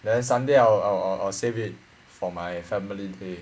then sunday I'll I'll I'll I'll save it for my family day